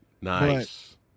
Nice